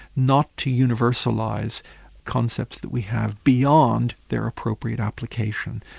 not to universalise concepts that we have beyond their appropriate application.